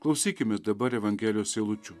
klausykimės dabar evangelijos eilučių